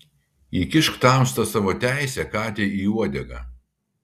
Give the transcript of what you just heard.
įkišk tamsta savo teisę katei į uodegą